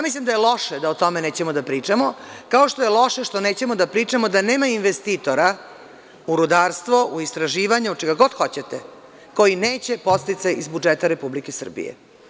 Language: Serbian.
Mislim da je loše da o tome nećemo da pričamo, kao što je loše što nećemo da pričamo da nema investitora u rudarstvo, u istraživanje, u čega god hoćete koji neće podsticaj iz budžeta Republike Srbije.